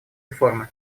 реформы